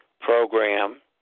program